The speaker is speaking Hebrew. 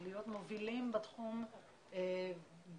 להיות מובילים בתחום ולהתחיל